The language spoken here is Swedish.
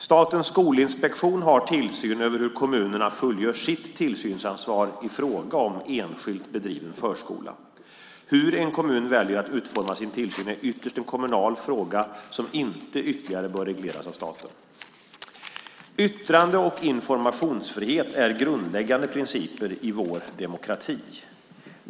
Statens skolinspektion har tillsyn över hur kommunerna fullgör sitt tillsynsansvar i fråga om enskilt bedriven förskola. Hur en kommun väljer att utforma sin tillsyn är ytterst en kommunal fråga, som inte ytterligare bör regleras av staten. Yttrande och informationsfrihet är grundläggande principer i vår demokrati.